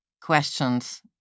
questions